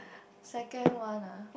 second one ah